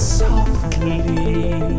softly